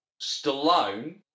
Stallone